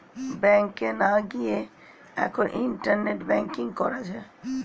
ব্যাংকে না গিয়েই এখন ইন্টারনেটে ব্যাঙ্কিং করা যায়